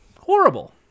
horrible